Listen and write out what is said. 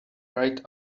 right